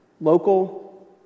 local